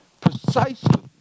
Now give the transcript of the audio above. Precisely